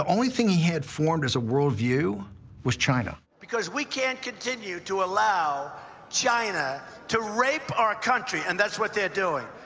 only thing he had formed as a worldview was china. because we can't continue to allow china to rape our country, and that's what they're doing.